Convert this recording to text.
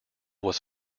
was